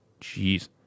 Jeez